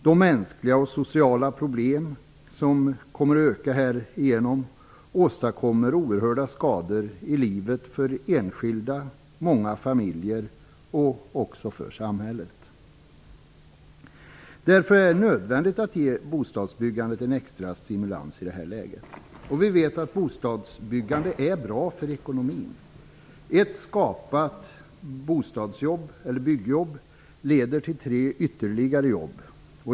De mänskliga och sociala problem som kommer att öka härigenom åstadkommer oerhörda skador i livet för enskilda, för många familjer och också för samhället. Därför är det nödvändigt att ge bostadsbyggandet en extra stimulans i detta läge. Vi vet att bostadsbyggande är bra för ekonomin. Ett skapat byggjobb leder till tre ytterligare jobb.